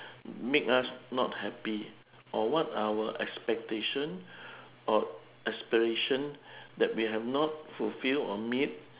make us not happy or what are our expectation or aspiration that we have not fulfil or meet